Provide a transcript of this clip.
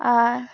ᱟᱨ